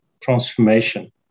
transformation